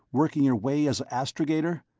working your way as astrogator?